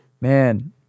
Man